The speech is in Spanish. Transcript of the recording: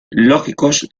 lógicos